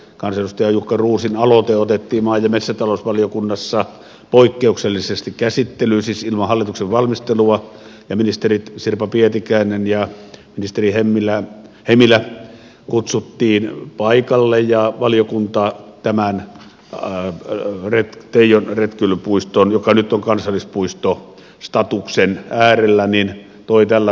kansanedustaja jukka roosin aloite otettiin maa ja metsätalousvaliokunnassa poikkeuksellisesti käsittelyyn siis ilman hallituksen valmistelua ja ministeri sirpa pietikäinen ja ministeri hemilä kutsuttiin paikalle ja valiokunta tämän teijon retkeilypuiston joka nyt on kansallispuistostatuksen äärellä toi tällä tavalla kartalle